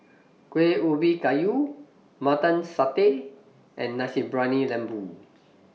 Kueh Ubi Kayu Mutton Satay and Nasi Briyani Lembu